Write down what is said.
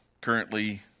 currently